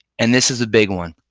and this is a big one.